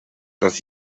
das